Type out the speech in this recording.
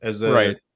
Right